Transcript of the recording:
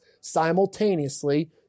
simultaneously